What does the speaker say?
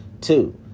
Two